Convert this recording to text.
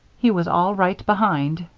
he was all right behind,